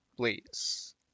please